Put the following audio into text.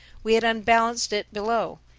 we had unbalanced it below.